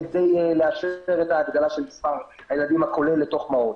כדי לאשר את ההגדלה של מספר הילדים הכולל לתוך מעון.